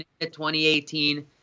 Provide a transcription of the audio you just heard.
2018